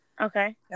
Okay